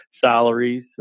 salaries